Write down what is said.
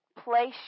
place